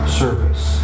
service